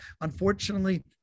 Unfortunately